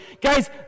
Guys